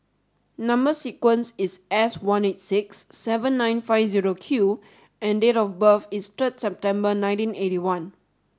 number sequence is S one eight six seven nine five zero Q and date of birth is third September nineteen eighty one